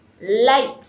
light